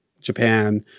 Japan